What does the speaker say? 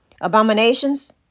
Abominations